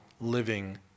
living